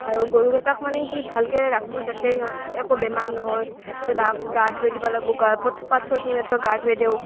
আৰু গৰুকেইটাক মানে কি ভালকৈ ৰাখোঁ যাতে সিহঁত একো বেমাৰ নহয় তাহাক গা ধুৱাই দিব লাগিব গা পথ পথাৰত নি মাত্ৰ গা ধুৱাই দিওঁ